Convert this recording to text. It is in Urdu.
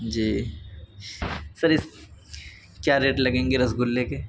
جی سر اس کیا ریٹ لگیں گے رس گلے کے